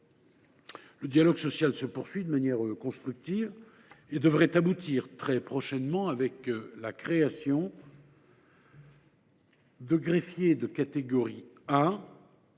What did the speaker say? le dialogue social se poursuit de manière constructive et devrait aboutir très prochainement, avec la création de greffiers de catégorie A,